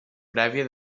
prèvia